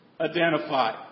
identify